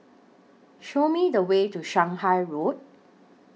Show Me The Way to Shanghai Road